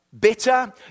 Bitter